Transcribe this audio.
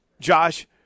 Josh